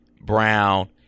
Brown